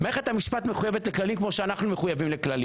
מערכת המשפט מחויבת לכללים כמו שאנחנו מחויבים לכללים.